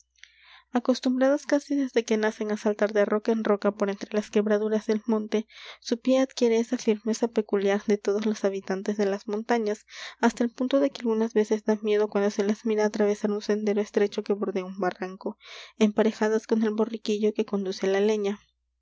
acostumbradas casi desde que nacen á saltar de roca en roca por entre las quebraduras del monte su pie adquiere esa firmeza peculiar de todos los habitantes de las montañas hasta el punto de que algunas veces da miedo cuando se las mira atravesar un sendero estrecho que bordea un barranco emparejadas con el borriquillo que conduce la leña